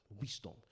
Wisdom